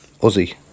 Aussie